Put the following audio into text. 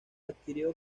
adquirió